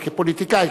אבל כפוליטיקאי,